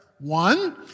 One